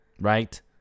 right